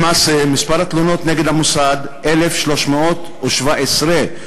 למעשה, מספר התלונות נגד המוסד, 1,317 תלונות,